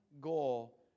goal